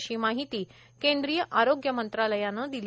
अशी माहिती केंद्रीय आरोग्य मंत्रालयानं दिली